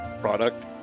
product